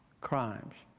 crimes?